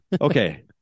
Okay